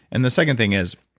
and the second thing is,